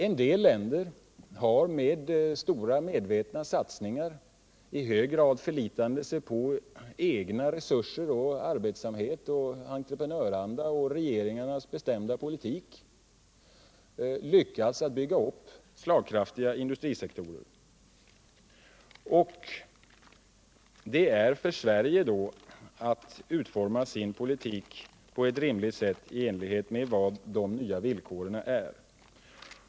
En del länder har med stora medvetna satsningar —i hög grad förlitande sig på egna resurser, arbetsamhet, entreprenöranda och regeringarnas bestämda politik — lyckats att bygga upp slagkraftiga industrisektorer. Sverige har då att utforma sin politik på ett rimligt sätt i enlighet med de nya villkoren.